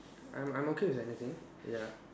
I'm I'm okay with anything ya